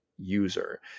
user